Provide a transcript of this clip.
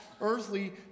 earthly